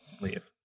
leave